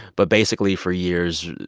but basically, for years,